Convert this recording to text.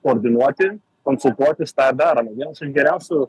koordinuoti konsultuotis tą ir darome vienas iš geriausių